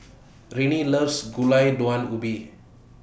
Rennie loves Gulai Daun Ubi